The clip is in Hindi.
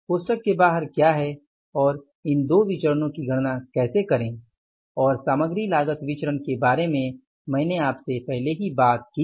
कोष्ठक के बाहर क्या है और इन 2 विचरणों की गणना कैसे करें और सामग्री लागत विचरण के बारे में मैंने आपसे पहले ही बात की है